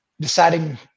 deciding